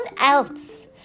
else